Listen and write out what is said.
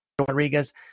rodriguez